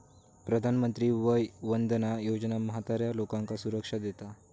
प्रधानमंत्री वय वंदना योजना म्हाताऱ्या लोकांका सुरक्षा देता